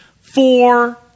four